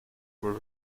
were